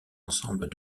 ensemble